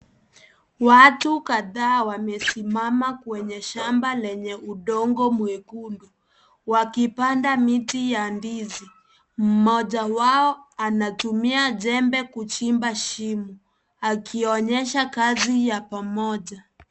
Watu kadhaa wamesimama kwenye shamba lenye udongo mwekundu, wakipanda miti wa ndizi. Mmoja wao anatumia jembe kuchimba shimo akionyesha kazi ya pamoja.